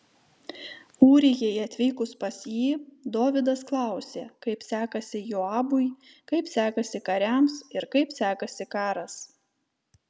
ūrijai atvykus pas jį dovydas klausė kaip sekasi joabui kaip sekasi kariams ir kaip sekasi karas